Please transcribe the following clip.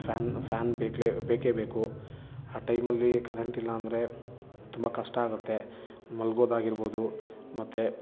fan fan ಬೇಕೇ ಬೇಕೇ ಬೇಕು ಆ ಟೈಮಲ್ಲಿ ಕರೆಂಟ್ ಇಲ್ಲಾಂದರೆ ತುಂಬ ಕಷ್ಟಾಗತ್ತೆ ಮಲ್ಗೊದಾಗಿರ್ಬೌದು ಮತ್ತೆ